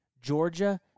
Georgia